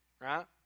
right